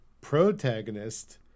protagonist